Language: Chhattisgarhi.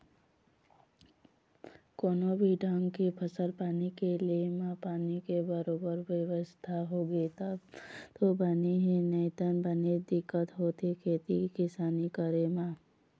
कोनो भी ढंग के फसल पानी के ले म पानी के बरोबर बेवस्था होगे तब तो बने हे नइते बनेच दिक्कत होथे खेती किसानी करे म